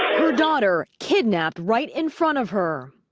her daughter kidnapped right in front of her.